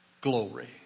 glory